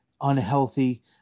unhealthy